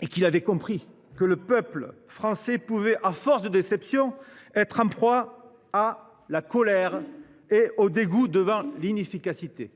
il avait compris que le peuple français pouvait, à force de déceptions, être en proie à « la colère et au dégoût devant l’inefficacité ».